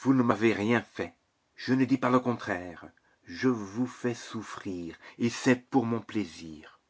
vous ne m'avez rien fait je ne dis pas le contraire je vous fais souffrir et c'est pour mon plaisir